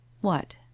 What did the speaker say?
What